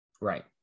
Right